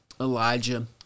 Elijah